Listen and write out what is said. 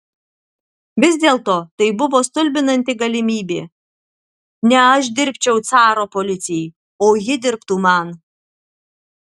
vis dėlto tai buvo stulbinanti galimybė ne aš dirbčiau caro policijai o ji dirbtų man